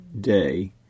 day